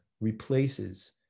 replaces